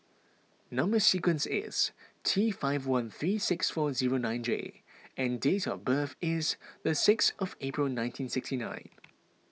Number Sequence is T five one three six four zero nine J and date of birth is the sixth of April nineteen sixty nine